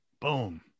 Boom